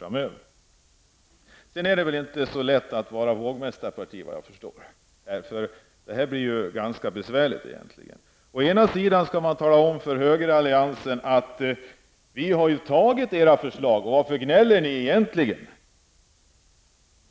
Jag förstår att det inte är så lätt att vara vågmästarparti. Å ena sidan kan man tala om för högeralliansen att man har antagit dess förslag och sedan ifrågasätta varför den gnäller.